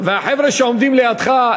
והחבר'ה שעומדים לידך,